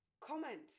comment